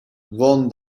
von